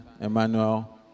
Emmanuel